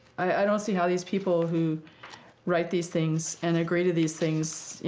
i don't see how these people who write these things and agree to these things,